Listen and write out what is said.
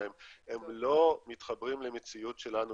שלהם הם לא מתחברים למציאות שלנו